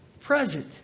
present